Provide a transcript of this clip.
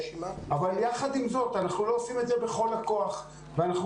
אבל יחד עם זאת אנחנו לא עושים את זה בכל הכוח ואנחנו